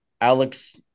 Alex